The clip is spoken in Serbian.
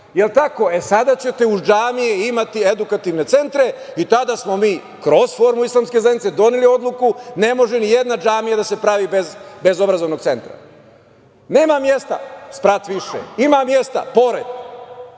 Je l' tako? E sada ćete uz džamije imati edukativne centre. Tada smo mi kroz formu islamske zajednice doneli odluku da ne može nijedna džamija da se pravi bez obrazovnog centra. Nema mesta? Sprat više. Ima mesta? Pored.